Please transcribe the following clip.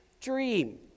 dream